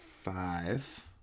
five